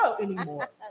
anymore